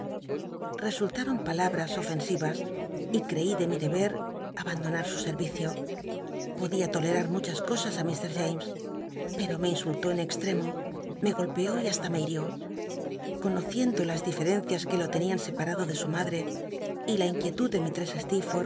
resultaron palabras ofen i as y creí de mi deber abandonat su serl icio podía tolera r muchas cosas á mr james pero me insultó en extremo me golpeó y hasta me hirió conociendo las diferencias que lo tenían separado de su mad re y la inquietud de